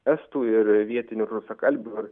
estų ir vietinių rusakalbių